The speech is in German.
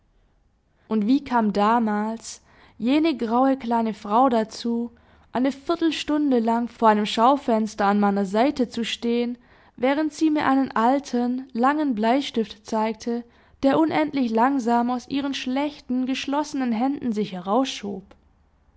und wie kam damals jene graue kleine frau dazu eine viertelstunde lang vor einem schaufenster an meiner seite zu stehen während sie mir einen alten langen bleistift zeigte der unendlich langsam aus ihren schlechten geschlossenen händen sich